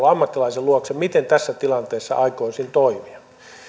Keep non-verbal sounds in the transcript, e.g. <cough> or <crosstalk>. <unintelligible> ammattilaisen luokse miten tässä tilanteessa voisi toimia